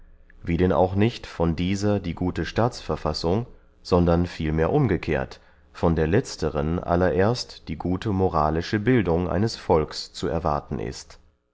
wie denn auch nicht von dieser die gute staatsverfassung sondern vielmehr umgekehrt von der letzteren allererst die gute moralische bildung eines volks zu erwarten ist